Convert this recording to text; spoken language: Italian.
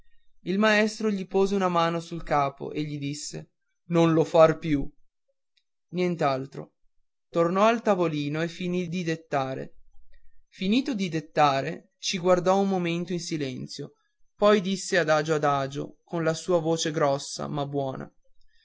il maestro gli pose una mano sul capo e gli disse non lo far più nient'altro tornò al tavolino e finì di dettare finito di dettare ci guardò un momento in silenzio poi disse adagio adagio con la sua voce grossa ma buona